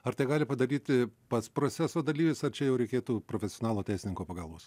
ar tai gali padaryti pats proceso dalyvis ar čia jau reikėtų profesionalo teisininko pagalbos